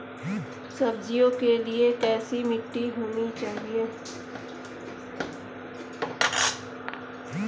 सब्जियों के लिए कैसी मिट्टी होनी चाहिए?